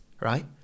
right